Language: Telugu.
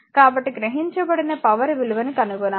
కాబట్టి గ్రహించబడిన పవర్ విలువని కనుగొనాలి